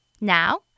Now